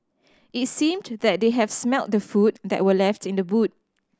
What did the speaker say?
it seemed that they have smelt the food that were left in the boot